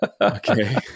Okay